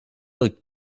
look